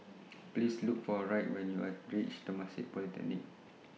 Please Look For Wright when YOU Are REACH Temasek Polytechnic